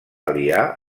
aliar